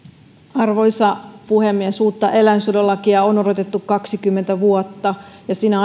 arvoisa puhemies uutta eläinsuojelulakia on odotettu kaksikymmentä vuotta ja sinä